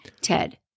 ted